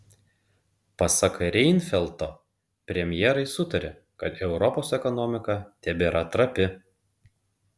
pasak reinfeldto premjerai sutarė kad europos ekonomika tebėra trapi